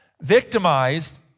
victimized